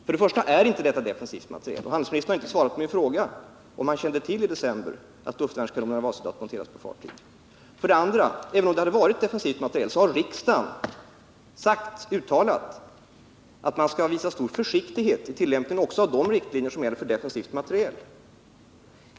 För det första: Detta är inte defensiv materiel, och handelsministern har inte svarat på min fråga om han i december kände till att luftvärnskanonerna var avsedda att monteras på fartyg. För det andra: Även om det hade varit defensiv materiel har riksdagen uttalat att man skall visa stor försiktighet vid tillämpningen också av de riktlinjer som gäller för defensiv materiel.